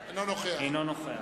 אינו נוכח